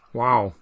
wow